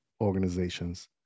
organizations